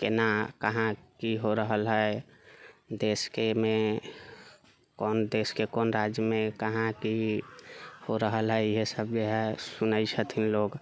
केना कहाँ की हो रहल है देशके मे कोन देशके कोन राज्यमे कहाँ की हो रहल है इहै सभ जेहै सुनै छथिन लोग